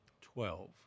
Twelve